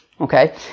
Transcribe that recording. Okay